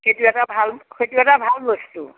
সেইটো এটা ভাল সেইটো এটা ভাল বস্তু